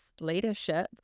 leadership